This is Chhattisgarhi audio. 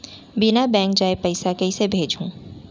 बिना बैंक जाये पइसा कइसे भेजहूँ?